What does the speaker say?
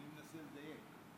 אני מנסה לדייק.